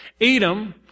Edom